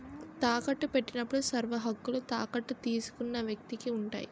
తాకట్టు పెట్టినప్పుడు సర్వహక్కులు తాకట్టు తీసుకున్న వ్యక్తికి ఉంటాయి